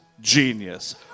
genius